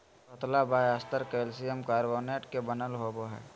पतला बाह्यस्तर calcium carbonate के बनल होबो हइ